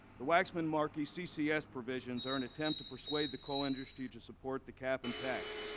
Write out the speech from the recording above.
the waxman-markey ccs provisions are an attempt to persuade the coal industry to support the cap and tax.